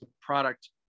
product